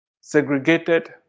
segregated